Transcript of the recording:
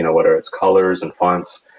what are its colors and fonts?